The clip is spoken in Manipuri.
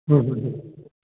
ꯍꯣꯏ ꯍꯣꯏ ꯍꯣꯏ